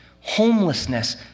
homelessness